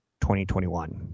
2021